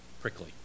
prickly